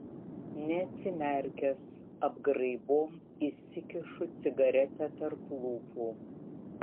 neatsimerkęs apgraibom įsikišu cigaretę tarp lūpų